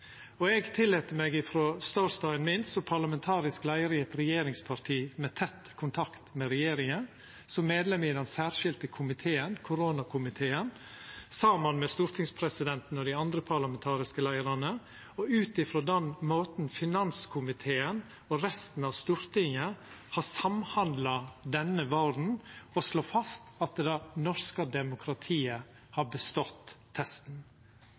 og eg tillèt meg frå ståstaden min som parlamentarisk leiar i eit regjeringsparti med tett kontakt med regjeringa, som medlem i den særskilde koronakomiteen saman med stortingspresidenten og dei andre parlamentariske leiarane, og ut frå den måten finanskomiteen og resten av Stortinget har samhandla denne våren, å slå fast at det norske demokratiet har bestått testen.